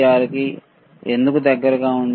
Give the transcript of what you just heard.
86 కి ఎందుకు దగ్గరగా ఉంది